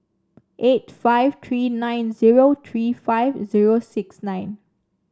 eight five three nine zero three five zero six nine